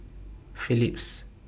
Philips